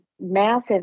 massive